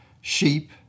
sheep